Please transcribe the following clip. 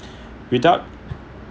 without